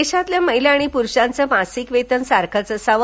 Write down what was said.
देशातील महिला आणि प्रुषांचे मासिक वेतन सारखेच असावे